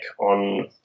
on